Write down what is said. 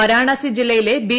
വരാണാസി ജില്ലയിലെ ബി